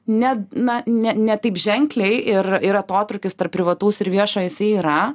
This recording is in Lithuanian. ne na ne ne taip ženkliai ir ir atotrūkis tarp privataus ir viešo jisai yra